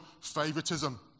favoritism